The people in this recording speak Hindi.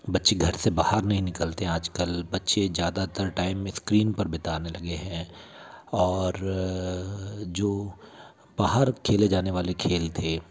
बच्चे घर से बाहर नहीं निकलते आज कल बच्चे ज़्यादातर टाइम इस्क्रीन पर बिताने लगे हैं और जो बाहर खेले जाने वाले खेल थे